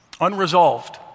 Unresolved